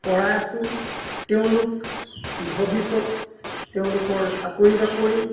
কৰাই আছোঁ তেওঁলোক ভৱিষ্যত তেওঁলোকৰ চাকৰি বাকৰি